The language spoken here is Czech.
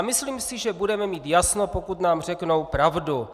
Myslím si, že budeme mít jasno, pokud nám řeknou pravdu.